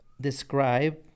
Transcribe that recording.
describe